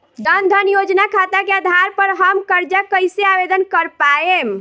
जन धन योजना खाता के आधार पर हम कर्जा कईसे आवेदन कर पाएम?